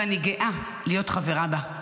ואני גאה להיות חברה בה.